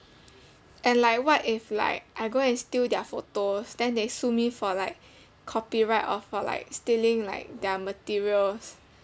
and like what if like I go and steal their photos then they sue me for like copyright or for like stealing like their materials